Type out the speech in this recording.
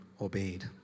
obeyed